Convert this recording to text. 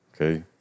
Okay